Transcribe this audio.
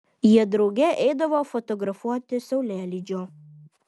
jie drauge eidavo fotografuoti saulėlydžio